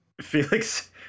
Felix